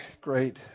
great